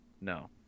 No